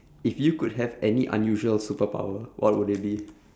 if you could have any unusual superpower what would it be